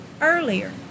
earlier